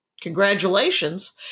Congratulations